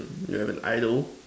you have an idol